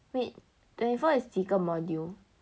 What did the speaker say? wait twenty four is 几个 module